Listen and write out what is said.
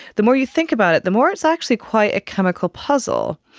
the more you think about it, the more it's actually quite a chemical puzzle.